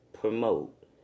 promote